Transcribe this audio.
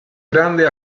grande